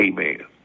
amen